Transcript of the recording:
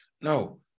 no